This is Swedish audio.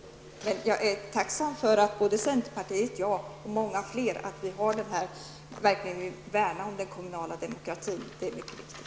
Men jag är tacksam för att centerpartiet och många fler vill värna om den kommunala demokratin. Det är mycket viktigt.